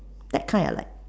that kind I like